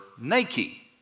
Nike